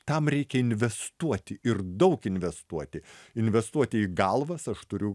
tam reikia investuoti ir daug investuoti investuoti į galvas aš turiu